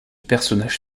personnage